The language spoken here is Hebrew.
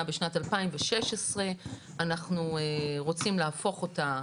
בשנת 2016. אנחנו רוצים להפוך אותה,